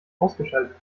ausgeschaltet